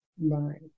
Right